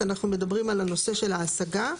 אנחנו מדברים על הנושא של ההשגה.